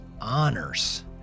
honors